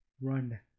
run